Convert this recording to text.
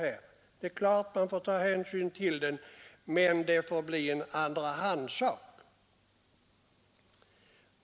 Man måste naturligtvis ta hänsyn till den, men den får bli en andrahandssak.